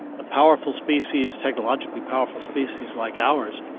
a powerful species, technologically powerful species like ours